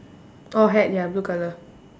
orh hat ya blue colour